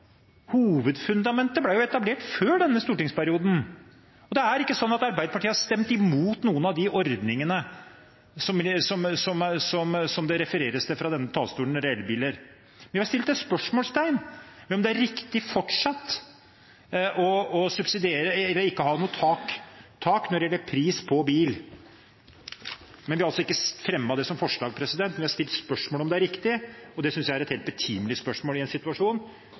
hovedfundamentet ble etablert før denne stortingsperioden. Arbeiderpartiet har ikke stemt imot noen av de ordningene som det refereres til fra denne talerstolen når det gjelder elbiler. Vi har satt et spørsmålstegn ved om det er riktig fortsatt å subsidiere, eller ikke ha noe tak, når det gjelder pris på bil. Vi har ikke fremmet det som forslag, men vi har stilt spørsmål om hvorvidt det er riktig. Jeg synes det er et helt betimelig spørsmål i en situasjon